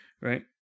Right